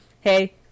hey-